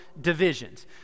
divisions